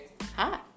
Hi